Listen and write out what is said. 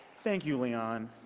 thank you, leon.